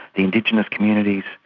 the indigenous communities,